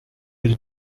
elle